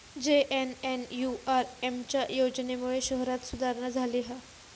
JNNURM च्या योजनेमुळे शहरांत सुधारणा झाली हा